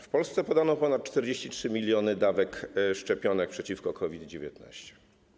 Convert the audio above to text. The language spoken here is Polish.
W Polsce podano ponad 43 mln dawek szczepionek przeciwko COVID-19.